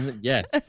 yes